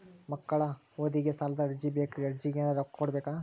ಮಕ್ಕಳ ಓದಿಗಿ ಸಾಲದ ಅರ್ಜಿ ಬೇಕ್ರಿ ಅರ್ಜಿಗ ಎನರೆ ರೊಕ್ಕ ಕೊಡಬೇಕಾ?